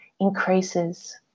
increases